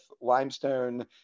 limestone